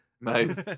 nice